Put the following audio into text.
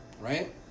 Right